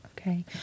Okay